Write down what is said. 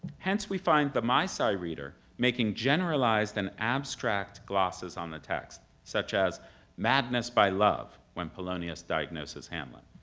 hence we find the meisei reader making generalized and abstract glosses on the text, such as madness by love, when polonius diagnoses hamlet.